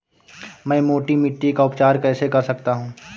मैं मोटी मिट्टी का उपचार कैसे कर सकता हूँ?